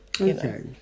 Okay